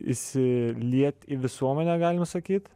įsiliet į visuomenę galima sakyt